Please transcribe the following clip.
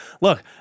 look